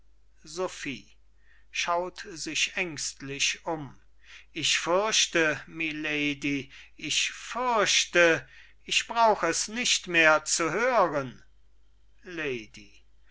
schaut sich ängstlich um ich fürchte milady ich fürchte ich brauch es nicht mehr zu hören